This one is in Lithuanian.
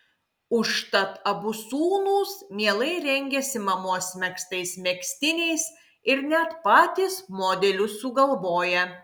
užtat abu sūnūs mielai rengiasi mamos megztais megztiniais ir net patys modelius sugalvoja